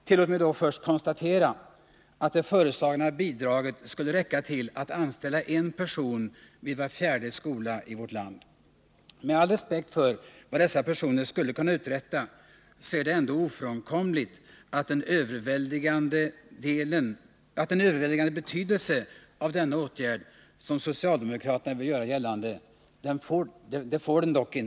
Tillåt mig då först konstatera att det föreslagna bidraget skulle räcka till att anställa en person vid var fjärde skola i vårt land. Med all respekt för vad dessa personer skulle kunna uträtta får denna åtgärd ändå inte den överväldigande betydelse som socialdemokraterna vill göra gällande.